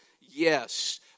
Yes